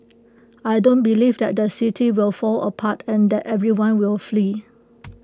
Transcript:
I don't believe that the city will fall apart and that everyone will flee